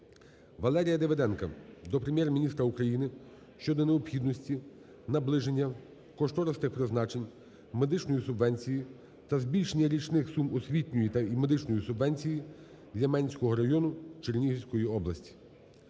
Валерія Давиденка до Прем'єр-міністра України щодо необхідності наближення кошторисних призначень медичної субвенції та збільшення річних сум освітньої й медичної субвенцій для Менського району Чернігівської області.